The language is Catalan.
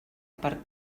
per